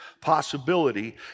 possibility